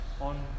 on